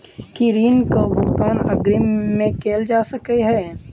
की ऋण कऽ भुगतान अग्रिम मे कैल जा सकै हय?